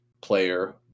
player